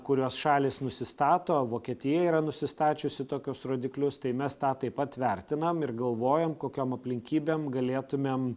kuriuos šalys nusistato vokietija yra nusistačiusi tokius rodiklius tai mes tą taip pat vertinam ir galvojam kokiom aplinkybėm galėtumėm